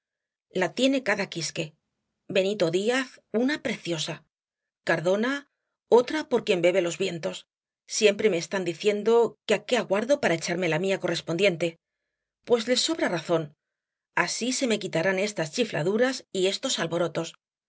la tiene cada quisque benito díaz una preciosa cardona otra por quien bebe los vientos siempre me están diciendo que á qué aguardo para echarme la mía correspondiente pues les sobra razón así se me quitarán estas chifladuras y estos alborotos